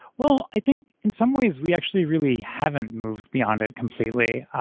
well, i think in some ways we actually really haven't moved beyond it completely.